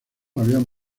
habían